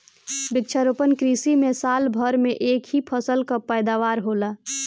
वृक्षारोपण कृषि में साल भर में एक ही फसल कअ पैदावार होला